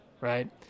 right